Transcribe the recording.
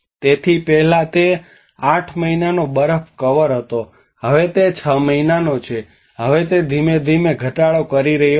તેથી પહેલાં તે 8 મહિનાનો બરફ કવર હતો હવે તે છ મહિનાનો છે હવે તે ધીમે ધીમે ઘટાડો કરી રહ્યો છે